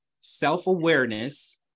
self-awareness